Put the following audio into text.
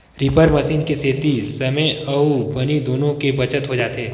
reaper machine के सेती समे अउ बनी दुनो के बचत हो जाथे